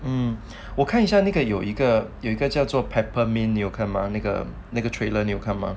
um 我看一下那个有一个有一个叫做 peppermint 你有看吗那个 trailer 你有看吗